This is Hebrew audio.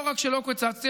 לא רק שלא קיצצתי,